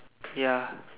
ya